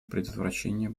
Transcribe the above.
предотвращения